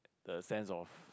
the sense of